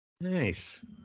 Nice